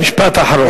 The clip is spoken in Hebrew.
משפט אחרון.